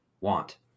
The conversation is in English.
want